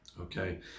Okay